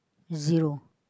zero